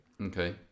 okay